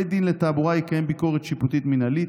בית דין לתעבורה יקיים ביקורת שיפוטית מינהלית,